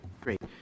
Great